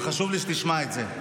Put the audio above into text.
וחשוב לי שתשמע את זה.